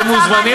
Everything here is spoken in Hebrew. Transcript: אתם מוזמנים